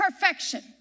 perfection